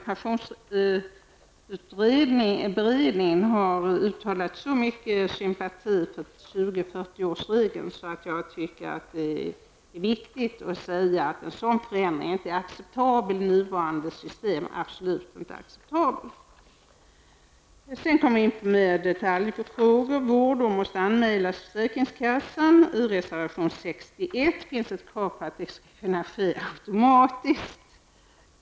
Pensionsberedningen har uttalat så stor sympati för 20--40-årsregeln att jag tycker att det är viktigt att säga att en sådan förändring absolut inte är acceptabel i det nuvarande systemet. Sen kommer jag in på detaljer. Vårdår måste anmälas till försäkringskassan. I reservation 61 finns det ett krav på att det skall kunna ske automatiskt.